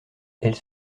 elle